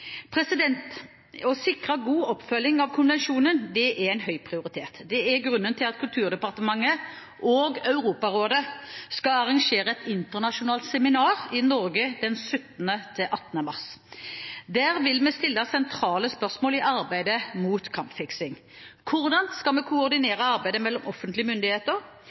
Å sikre god oppfølging av konvensjonen er en høy prioritet. Det er grunnen til at Kulturdepartementet og Europarådet skal arrangere et internasjonalt seminar i Norge 17.–18. mars. Der vil vi stille sentrale spørsmål i arbeidet mot kampfiksing: Hvordan skal vi koordinere arbeidet mellom offentlige myndigheter?